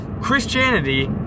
Christianity